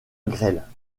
grêle